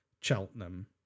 Cheltenham